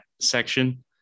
section